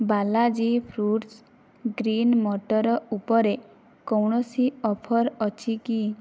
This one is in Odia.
ବାଲାଜି ଫୁଡ୍ସ ଗ୍ରୀନ୍ ମଟର ଉପରେ କୌଣସି ଅଫର୍ ଅଛି କି